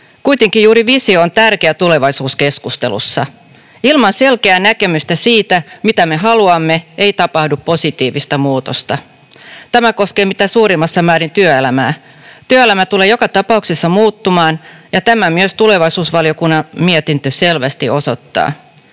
Kuitenkin juuri visio on tärkeä tulevaisuuskeskustelussa. Ilman selkeää näkemystä siitä, mitä me haluamme, ei tapahdu positiivista muutosta. Tämä koskee mitä suurimmassa määrin työelämää. Työelämä tulee joka tapauksessa muuttumaan, ja sen myös tulevaisuusvaliokunnan mietintö selvästi osoittaa.